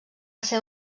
ser